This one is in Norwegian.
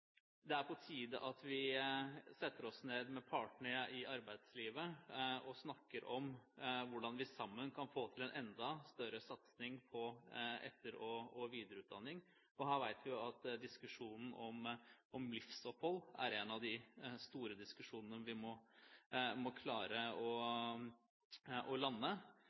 det er på tide at vi setter oss ned med partene i arbeidslivet og snakker om hvordan vi sammen kan få til en enda større satsing på etter- og videreutdanning. Her vet vi at diskusjonen om livsopphold er en av de store sakene vi må klare å lande.